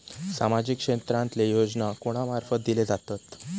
सामाजिक क्षेत्रांतले योजना कोणा मार्फत दिले जातत?